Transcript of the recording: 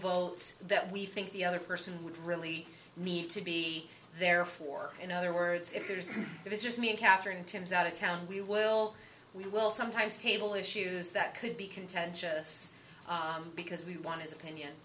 volts that we think the other person would really need to be there for in other words if there's if it's just me and katherine tim's out of town we will we will sometimes table issues that could be contentious because we want his opinion